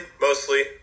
mostly